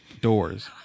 doors